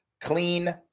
clean